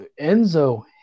Enzo